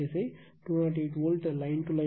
208 volt line to line